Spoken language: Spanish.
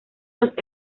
los